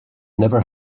never